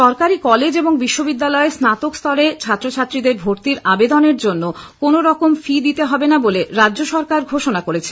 সরকারি কলেজ এবং বিশ্ববিদ্যালয়ে স্নাতকস্তরে ছাত্রছাত্রীদের ভর্তির আবেদনের জন্য কোনোরকম ফি দিতে হবে না বলে রাজ্য সরকার ঘোষণা করেছে